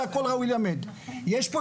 והכול ראוי להילמד.